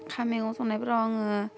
ओंखाम मेगं संनायफोराव आङो